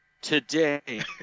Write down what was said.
today